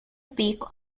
peak